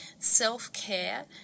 self-care